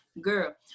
girl